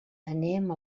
anem